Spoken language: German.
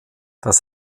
das